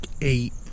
eight